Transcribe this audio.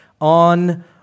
on